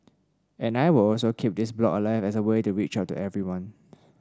and I will also keep this blog alive as a way to reach out to everyone